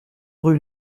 rue